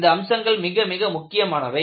இந்த அம்சங்கள் மிக மிக முக்கியமானவை